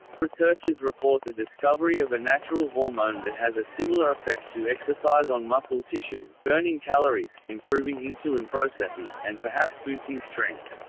researchers report the discovery of a natural hormone that has a similar effect to exercise on muscle tissue burning calories, improving insulin processing, and perhaps boosting strength.